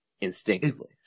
instinctively